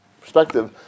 perspective